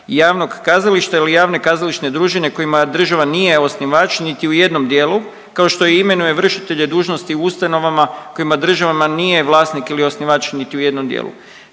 javnog kazališta ili javne kazališne družine kojima država nije osnivač niti u jednom dijelu kao što i imenuje vršitelje dužnosti u ustanovama kojima državama nije vlasnik ili osnivač niti u jednom dijelu.